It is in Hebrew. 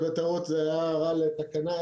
ו-14 בתבנית זה בעצם תיקונים לתקנות 14 ו-16 במקור,